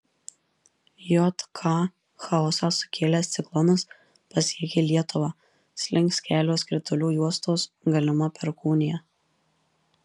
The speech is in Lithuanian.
jk chaosą sukėlęs ciklonas pasiekė lietuvą slinks kelios kritulių juostos galima perkūnija